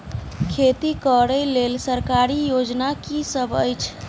खेती करै लेल सरकारी योजना की सब अछि?